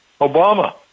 Obama